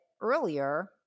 earlier